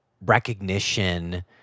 recognition